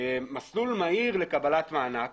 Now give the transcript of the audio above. מסלול מהיר לקבלת מענק